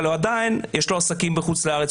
אבל עדיין יש לו עסקים בחוץ לארץ,